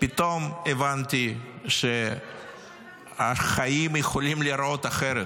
פתאום הבנתי שהחיים יכולים להיראות אחרת,